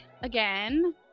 again